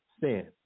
sin